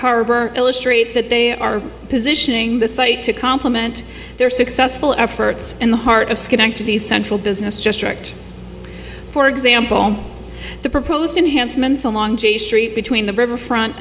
harbor illustrate that they are positioning the site to complement their successful efforts in the heart of schenectady central business district for example the proposed enhancements along j street between the river front